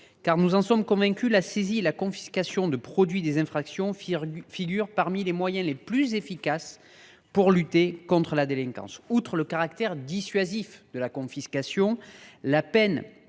Nous sommes convaincus que la saisie et la confiscation des produits d’infractions figurent parmi les moyens les plus efficaces pour lutter contre la délinquance. Outre son caractère dissuasif, la peine de confiscation a une